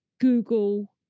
Google